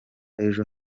ejo